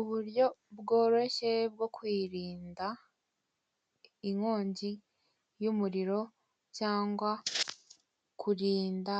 Uburyo bworoshye bwo kwirinda inkongi y'umuriro cyangwa kurinda